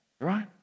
right